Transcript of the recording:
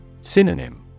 Synonym